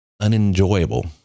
unenjoyable